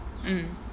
mm